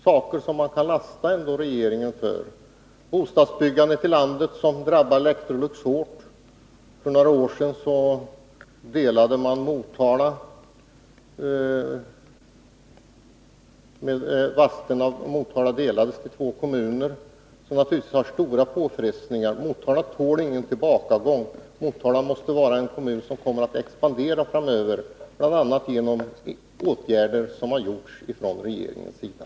Situationen 175 när det gäller bostadsbyggandet i landet drabbar Electrolux hårt. För några år sedan delades Vadstena och Motala till två kommuner, vilket har medfört stora påfrestningar. Motala tål ingen tillbakagång, Motala måste vara en expanderande kommun framöver — och svårigheterna beror bl.a. på åtgärder som har vidtagits från regeringens sida.